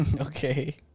Okay